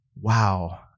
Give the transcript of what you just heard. wow